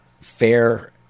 fair